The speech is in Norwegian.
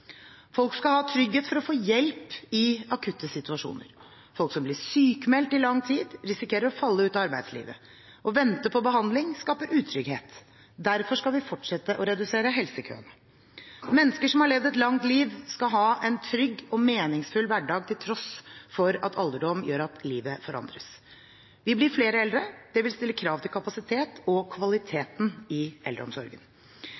Folk skal ha trygghet for å få hjelp i akutte situasjoner. Folk som blir sykmeldt i lang tid, risikerer å falle ut av arbeidslivet. Å vente på behandling skaper utrygghet. Derfor skal vi fortsette å redusere helsekøene. Mennesker som har levd et langt liv, skal ha en trygg og meningsfull hverdag, til tross for at alderdom gjør at livet forandres. Vi blir flere eldre, og det vil stille krav til kapasitet og